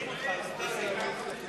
אושר.